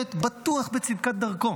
והשבט בטוח בצדקת דרכו,